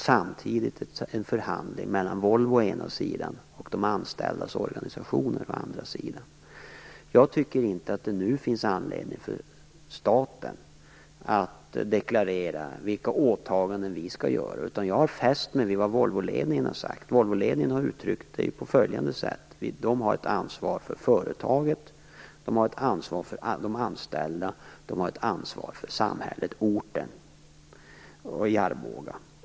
Samtidigt förhandlar Volvo å ena sidan och de anställdas organisationer å andra sidan. Jag tycker inte att det nu finns anledning för staten att deklarera vilka åtaganden vi skall ta på oss. Jag har i stället fäst mig vid vad Volvoledningen har sagt, nämligen att man har ett ansvar för företaget, ett ansvar för de anställda och ett ansvar för samhället, dvs. orten Arboga.